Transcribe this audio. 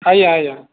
ଆଜ୍ଞା ଆଜ୍ଞା